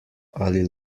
ali